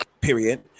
period